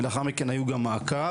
ולאחר מכן היה גם מעקב.